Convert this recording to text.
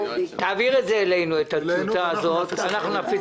תעביר אלינו את הטיוטה הזאת ואנחנו נפיץ